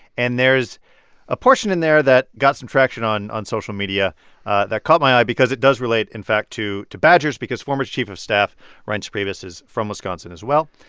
and there's a portion in there that got some traction on on social media that caught my eye because it does relate, in fact, to to badgers because former chief of staff reince priebus is from wisconsin as well.